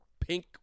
pink